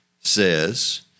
says